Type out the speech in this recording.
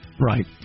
Right